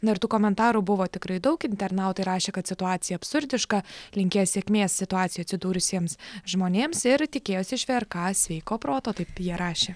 na ir tų komentarų buvo tikrai daug internautai rašė kad situacija absurdiška linkėjo sėkmės situacijoj atsidūrusiems žmonėms ir tikėjosi iš vrk sveiko proto taip jie rašė